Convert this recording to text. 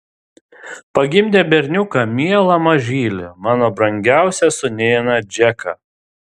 pagimdė berniuką mielą mažylį mano brangiausią sūnėną džeką